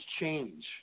change